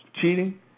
Cheating